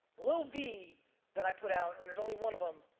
lil' vee that i put out, and there's only one of em,